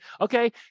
okay